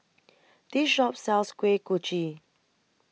This Shop sells Kuih Kochi